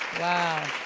wow.